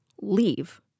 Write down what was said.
leave